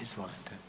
Izvolite.